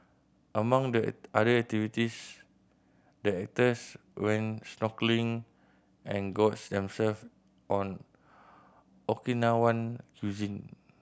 among the other activities the actors went snorkelling and gorged them self on Okinawan cuisine